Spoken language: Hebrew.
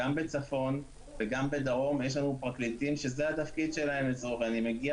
גם בצפון וגם בדרום יש לנו פרקליטים שזה התפקיד שלהם לצורך העניין.